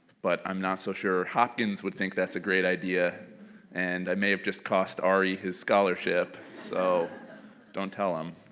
but i'm not so sure hopkins would think that's a great idea and i may have just cost ari his scholarship, so don't tell him.